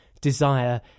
desire